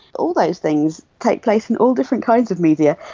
all those things take place in all different kinds of media.